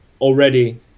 already